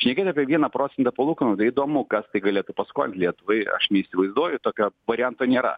šnekėti apie vieną procentą palūkanų tai įdomu kas tai galėtų paskolinti lietuvai aš neįsivaizduoju tokio varianto nėra